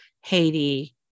haiti